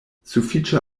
sufiĉe